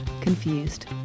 Confused